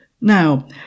Now